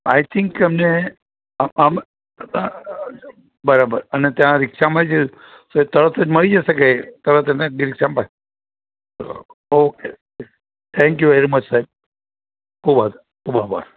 આય think એમને બરાબર અને ત્યાં રીક્ષામાં જ તરત જ મળી જશે કે તરત જ ને એટલે રિક્ષામાં જ okay okay thank you very much સાહેબ ખૂબ આભાર ખૂબ આભાર